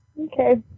Okay